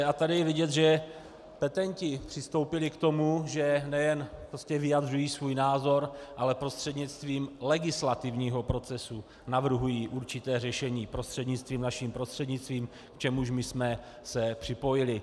A tady je vidět, že petenti přistoupili k tomu, že nejen vyjadřují svůj názor, ale prostřednictvím legislativního procesu navrhují určité řešení, prostřednictvím naším, prostřednictvím čehož my jsme se připojili.